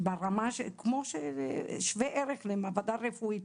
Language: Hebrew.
ברמה שוות ערך למעבדה רפואית.